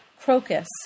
crocus